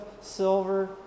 silver